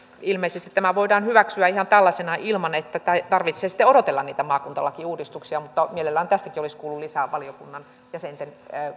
ilmeisesti tämä voidaan hyväksyä ihan tällaisenaan ilman että tarvitsee sitten odotella niitä maakuntalakiuudistuksia mielellään tästäkin olisi kuullut lisää valiokunnan jäsenten